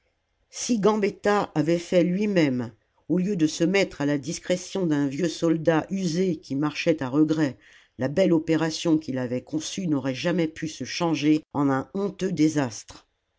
si gambetta avait fait lui-même au lieu de se mettre à la discrétion d'un vieux soldat usé qui marchait à regret la belle opération qu'il avait conçue n'aurait jamais pu se changer en un honteux désastre